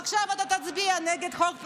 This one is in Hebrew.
עכשיו אתה תצביע נגד חוק הפרוטקשן.